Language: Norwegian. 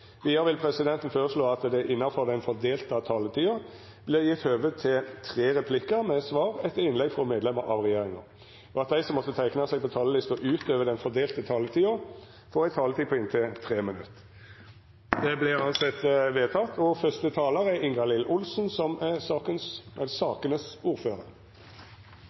Vidare vil presidenten føreslå at det – innanfor den fordelte taletida – vert gjeve høve til inntil seks replikkar med svar etter innlegg frå medlemer av regjeringa, og at dei som måtte teikna seg på talarlista utover den fordelte taletida, får ei taletid på inntil 3 minutt. – Det